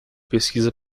pesquisa